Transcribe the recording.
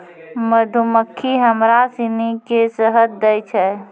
मधुमक्खी हमरा सिनी के शहद दै छै